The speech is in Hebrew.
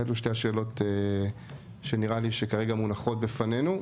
אלו שתי השאלות שנראה לי שכרגע מונחות בפנינו,